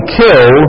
kill